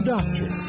Doctor